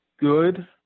good